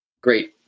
great